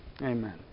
Amen